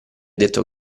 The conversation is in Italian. detto